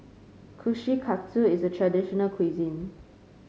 Kushikatsu is a traditional cuisine